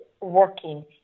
working